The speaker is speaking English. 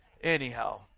anyhow